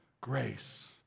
grace